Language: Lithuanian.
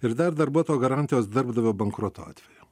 ir dar darbuotojo garantijos darbdavio bankroto atveju